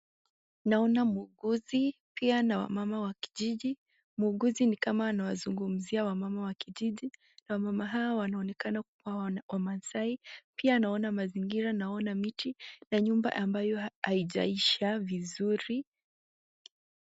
Naona muuguzi, pia mama wa kijiji. Muuguzi ni kama anawazungumzia wamama wa kijiji. Wamama hawa wanaonekana kuwa Wamasaai. Pia naona mazingira, naona miti na nyumba ambayo haijaisha vizuri.